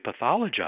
pathologize